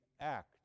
act